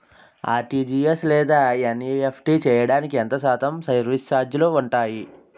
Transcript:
RTGS లేదా NEFT చేయడానికి ఎంత శాతం సర్విస్ ఛార్జీలు ఉంటాయి?